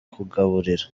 kugaburira